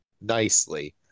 nicely